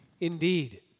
Indeed